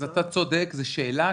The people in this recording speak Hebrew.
אתה צודק, זו שאלה.